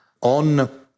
on